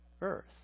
earth